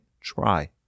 Try